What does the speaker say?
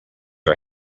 are